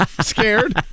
scared